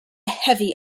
heavy